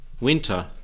winter